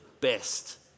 best